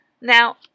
now